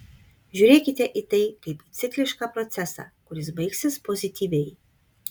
žiūrėkite į tai kaip į ciklišką procesą kuris baigsis pozityviai